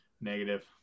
negative